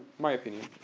my opinion.